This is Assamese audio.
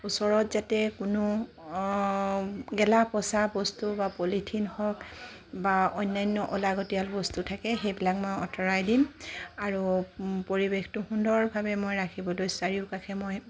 ওচৰত যাতে কোনো গেলা পঁচা বস্তু বা পলিথিন হওঁক বা অন্য়ান্য অলাগতীয়াল বস্তু থাকে সেইবিলাক মই আঁতৰাই দিম আৰু পৰিৱেশটো সুন্দৰভাৱে মই ৰাখিবলৈ চাৰিওকাষে মই